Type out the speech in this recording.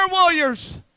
warriors